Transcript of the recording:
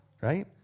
right